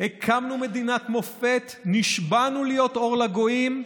הקמנו מדינת מופת, נשבענו להיות אור לגויים.